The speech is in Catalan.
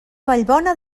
vallbona